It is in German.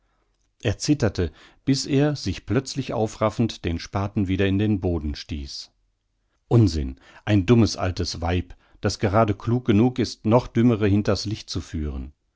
er zitterte bis er sich plötzlich aufraffend den spaten wieder in den boden stieß unsinn ein dummes altes weib das gerade klug genug ist noch dümmere hinter's licht zu führen